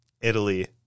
Italy